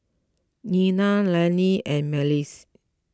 Nena Lanny and Myles